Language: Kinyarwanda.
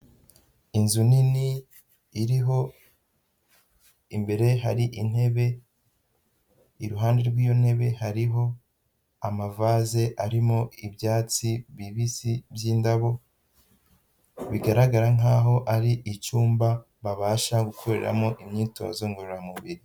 Inzu nini iriho imbere hari intebe, iruhande rw'iyo ntebe hariho amavaze arimo ibyatsi bibisi by'indabo, bigaragara nkaho ari icyumba babasha gukoreramo imyitozo ngororamubiri.